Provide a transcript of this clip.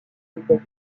états